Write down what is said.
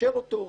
נאשר אותו,